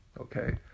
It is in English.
okay